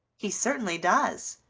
he certainly does,